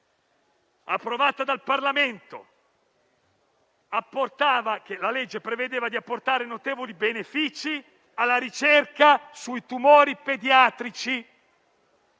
approvata dal Parlamento il 22 dicembre 2017, prevedeva di apportare notevoli benefici alla ricerca sui tumori pediatrici.